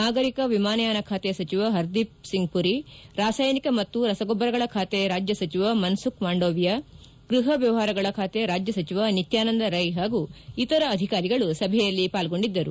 ನಾಗರಿಕ ವಿಮಾನಯಾನ ಖಾತೆ ಸಚಿವ ಹರ್ದೀಪ್ ಪುರಿ ರಾಸಾಯನಿಕ ಮತ್ತು ರಸಗೊಬ್ಬರಗಳ ಖಾತೆ ರಾಜ್ಯ ಸಚಿವ ಮನ್ಸುಖ್ ಮಾಂಡವಿಯಾ ಗೃಹ ವ್ಯವಹಾರಗಳ ಖಾತೆ ರಾಜ್ಯ ಸಚಿವ ನಿತ್ಯಾನಂದ ರೈ ಹಾಗೂ ಇತರ ಅಧಿಕಾರಿಗಳು ಸಭೆಯಲ್ಲಿ ಪಾಲ್ಸೊಂಡಿದ್ದರು